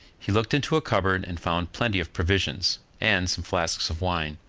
he looked into a cupboard and found plenty of provisions, and some flasks of wine.